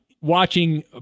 watching